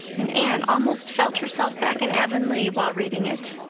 and anne almost felt herself back in avonlea while reading it.